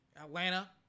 Atlanta